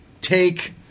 take